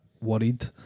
worried